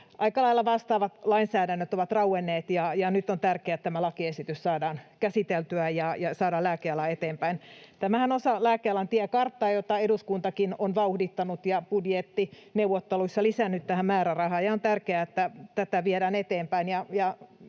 aika lailla vastaavat lainsäädännöt ovat rauenneet, ja nyt on tärkeää, että tämä lakiesitys saadaan käsiteltyä ja saadaan lääkeala eteenpäin. Tämähän on osa lääkealan tiekarttaa, jota eduskuntakin on vauhdittanut ja johon se on budjettineuvotteluissa lisännyt määrärahaa, ja on tärkeää, että tätä viedään eteenpäin.